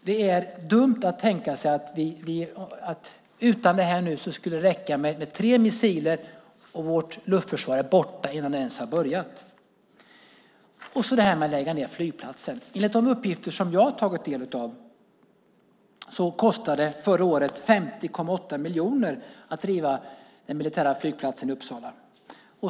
Det är dumt att tänka sig att det utan det här skulle räcka med tre missiler och vårt luftförsvar är borta innan det ens har börjat. När det gäller det här med att lägga ned flygplatsen kostade det, enligt uppgifter som jag har tagit del av, förra året 50,8 miljoner att driva den militära flygplatsen i Uppsala.